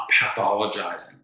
pathologizing